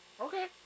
Okay